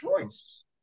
choice